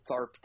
Tharp